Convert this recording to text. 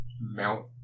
mount